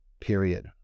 period